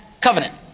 covenant